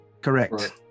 Correct